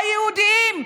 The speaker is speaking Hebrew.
היהודיים,